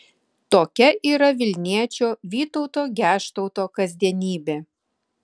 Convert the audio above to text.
tokia yra vilniečio vytauto geštauto kasdienybė